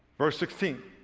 verse sixteen,